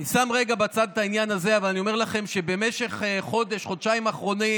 אני שם רגע בצד את העניין הזה ואומר לכם שבמשך החודש-חודשיים האחרונים